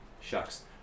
shucks